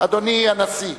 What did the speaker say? אדוני הנשיא,